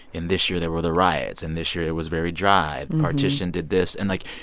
in this year, there were the riots, in this year, it was very dry, the partition did this. and, like,